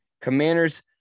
Commanders